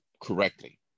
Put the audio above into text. correctly